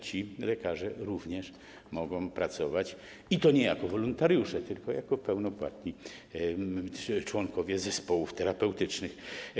Ci lekarze również mogą pracować i to nie jako wolontariusze, ale jako pełnopłatni członkowie zespołów terapeutycznych.